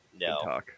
No